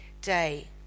day